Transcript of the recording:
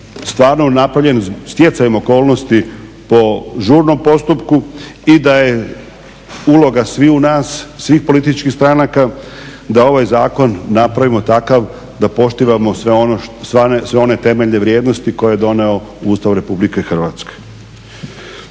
stvarno napravljen stjecajem okolnosti po žurnom postupku i da je uloga sviju nas, svih političkih stranaka da ovaj zakon napravimo takav da poštivamo sve one temeljne vrijednosti koje je donio Ustav Republike Hrvatske.